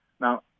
Now